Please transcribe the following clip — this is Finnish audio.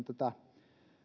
tätä